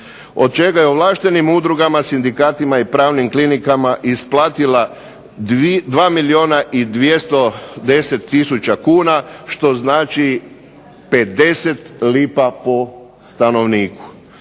od čega je ovlaštenim udrugama, sindikatima i pravnim klinikama isplatila 2 milijuna i 210 tisuća kuna što znači 50 lipa po stanovniku.